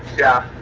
yeah.